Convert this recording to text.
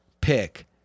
pick